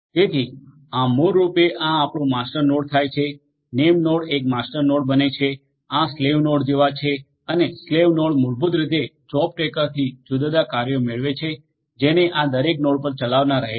તેથી આ મૂળરૂપે આ આપણું માસ્ટર નોડ થાય છે નેમનાોડ એક માસ્ટર નોડ બને છે આ સ્લેવ નોડ જેવા છે અને સ્લેવ નોડ મૂળભૂત રીતે જોબ ટ્રેકરથી જુદાં જુદાં કાર્યો મેળવે છે જેને આ દરેક નોડ પર ચલાવવાના રહે છે